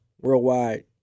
Worldwide